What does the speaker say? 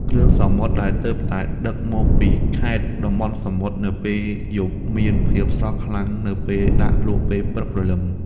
គ្រឿងសមុទ្រដែលទើបតែដឹកមកពីខេត្តតំបន់សមុទ្រនៅពេលយប់មានភាពស្រស់ខ្លាំងនៅពេលដាក់លក់ពេលព្រឹកព្រលឹម។